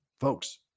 Folks